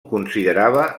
considerava